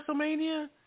WrestleMania